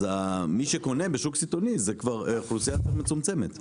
אז מי שקונה משוק סיטונאי זה כבר אוכלוסייה מצומצמת.